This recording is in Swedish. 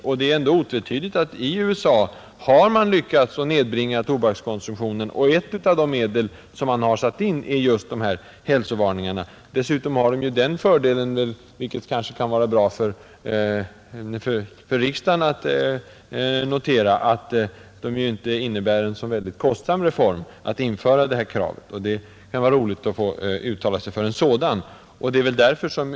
Och det är otvetydigt att i USA har man lyckats nedbringa tobakskonsumtionen, och ett av de medel som man har satt in är just de här hälsovarningarna. Dessutom har metoden den fördelen — vilket kanske riksdagen gärna noterar — att den inte kostar så mycket att införa. Det kan ju vara roligt att uttala sig för en sådan reform.